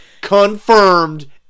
confirmed